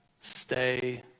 stay